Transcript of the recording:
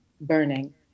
burning